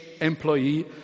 employee